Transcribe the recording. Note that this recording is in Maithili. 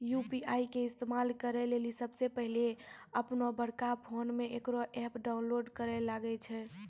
यु.पी.आई के इस्तेमाल करै लेली सबसे पहिलै अपनोबड़का फोनमे इकरो ऐप डाउनलोड करैल लागै छै